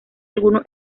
algunos